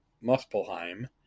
Muspelheim